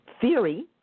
theory